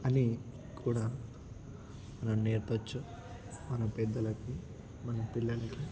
అని కూడా మనం నేర్పచ్చు మన పెద్దలకి మన పిల్లలకి